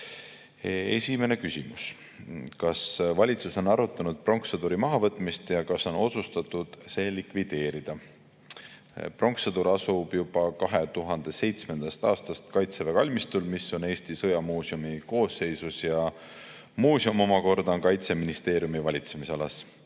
Esimene küsimus: "Kas valitsus on arutanud Pronkssõduri mahavõtmist ja kas on otsustatud see likvideerida?" Pronkssõdur asub juba 2007. aastast Kaitseväe kalmistul, mis on Eesti sõjamuuseumi koosseisus. Muuseum omakorda on Kaitseministeeriumi valitsemisalas.